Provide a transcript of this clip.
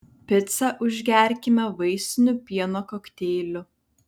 picą užgerkime vaisiniu pieno kokteiliu